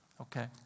Okay